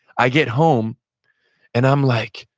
i get home and i'm like,